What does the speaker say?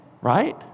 Right